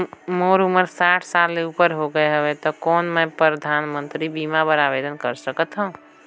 मोर उमर साठ साल ले उपर हो गे हवय त कौन मैं परधानमंतरी बीमा बर आवेदन कर सकथव?